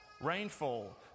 rainfall